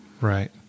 Right